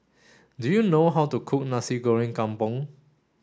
do you know how to cook Nasi Goreng Kampung